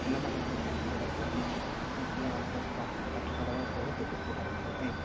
ପିଲାମାନଙ୍କର ପାଠପଢ଼ା ପ୍ରତି ବା ପିଲାମାନଙ୍କ ପାଠପଢ଼ାର ବହୁତ ଉପକାର ହେବା ପାଇଁ